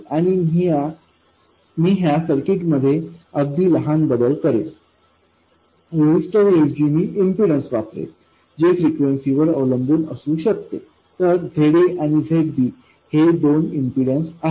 आणि मी ह्या सर्किट मध्ये अगदी लहान बदल करेन रेजिस्टर ऐवजी मी इम्पीडन्स वापरेन जे फ्रेंक्वेंसीवर अवलंबून असू शकते तर Zaआणि Zb हे दोन इम्पीडन्स आहेत